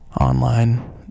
online